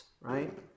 right